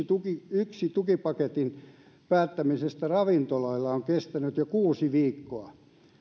yksin tukipaketin päättäminen ravintoloille on kestänyt jo kuusi viikkoa